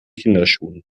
kinderschuhen